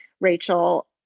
Rachel